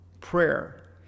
Prayer